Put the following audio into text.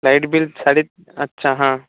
light bill साडे अच्छा हां